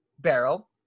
Barrel